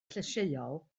llysieuol